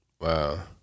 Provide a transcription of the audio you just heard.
Wow